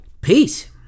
Peace